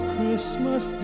Christmas